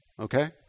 okay